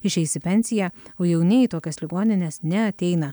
išeis į pensiją o jauni į tokias ligonines neateina